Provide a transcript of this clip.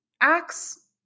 Acts